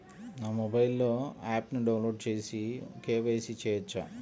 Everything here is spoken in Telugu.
నా మొబైల్లో ఆప్ను డౌన్లోడ్ చేసి కే.వై.సి చేయచ్చా?